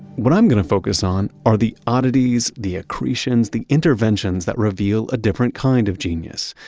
what i'm going to focus on are the oddities, the accretions, the interventions that reveal a different kind of genius,